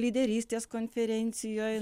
lyderystės konferencijoj